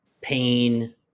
pain